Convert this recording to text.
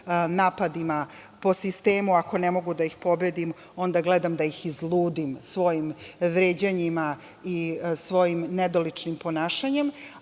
napadima po sistemu - ako ne mogu da ih pobedim, onda gledam da ih izludim svojim vređanjima i svojim nedoličnim ponašanjem.